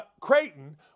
Creighton